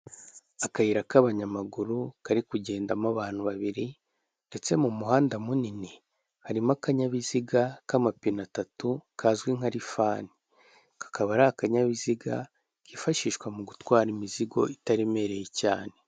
Akayira k'abanyamaguru kari kugendamo abantu babiri ndetse mu muhanda munini harimo akanyabiziga k'amapine atatu kazwi nka lifani, kakaba ari akanyabiziga kifashishwa mu gutwara imizigo itaremereye cyane.